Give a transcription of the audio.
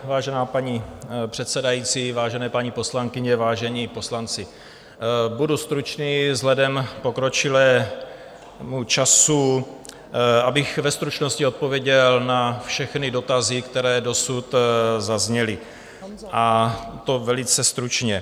Vážená paní předsedající, vážené paní poslankyně, vážení poslanci, budu stručný vzhledem k pokročilému času, abych ve stručnosti odpověděl na všechny dotazy, které dosud zazněly, a to velice stručně.